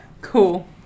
Cool